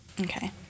Okay